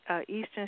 Eastern